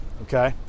okay